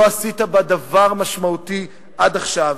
לא עשית בה דבר משמעותי עד עכשיו.